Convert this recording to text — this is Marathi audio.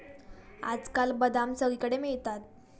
आजकाल बदाम सगळीकडे मिळतात